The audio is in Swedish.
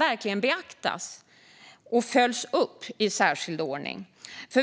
verkligen beaktas och följs upp i särskild ordning.